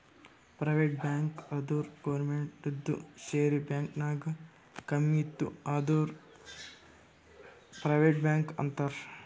private bank ಅಂದುರ್ ಗೌರ್ಮೆಂಟ್ದು share bank ನಾಗ್ ಕಮ್ಮಿ ಇತ್ತು ಅಂದುರ್ ಪ್ರೈವೇಟ್ ಬ್ಯಾಂಕ್ ಅಂತಾರ್